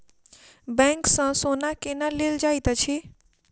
bank सँ सोना केना लेल जाइत अछि